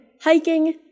hiking